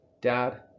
Dad